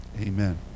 Amen